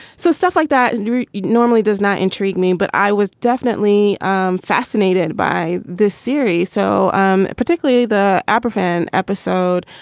so stuff like that normally does not intrigue me. but i was definitely um fascinated by this series. so um particularly the aberfan episode,